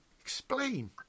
explain